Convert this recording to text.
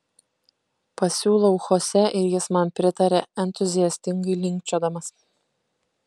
pasiūlau chosė ir jis man pritaria entuziastingai linkčiodamas